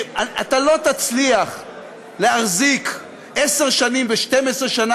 כי אתה לא תצליח להחזיק עשר שנים ו-12 שנה